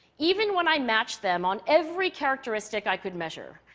even when i matched them on every characteristic i could measure,